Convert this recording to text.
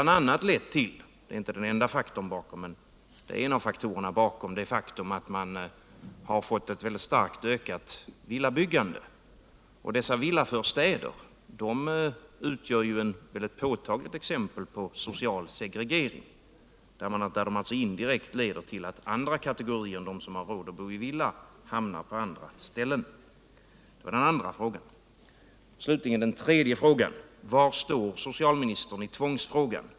Detta är en av faktorerna bakom det faktum att man har fått en stark ökning av villabyggandet. Men dessa villaförstäder utgör väl ett påtagligt exempel på social segregering genom att de indirekt leder till att de som inte har råd att bo i villa hamnar på andra ställen? Den tredje frågan är: Var står socialministern i tvångsfrågan?